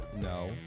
No